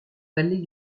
vallée